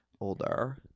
Older